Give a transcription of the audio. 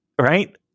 Right